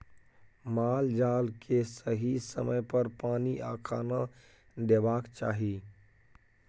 माल जाल केँ सही समय पर पानि आ खाना देबाक चाही